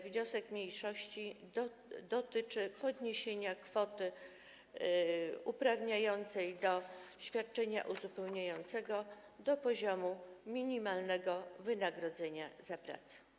Wniosek mniejszości dotyczy podniesienia kwoty uprawniającej do świadczenia uzupełniającego do poziomu minimalnego wynagrodzenia za pracę.